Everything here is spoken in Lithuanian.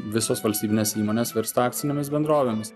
visos valstybinės įmonės virstų akcinėmis bendrovėmis